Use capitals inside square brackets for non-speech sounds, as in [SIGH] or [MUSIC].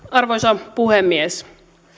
[UNINTELLIGIBLE] arvoisa puhemies